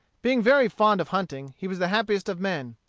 being very fond of hunting, he was the happiest of men.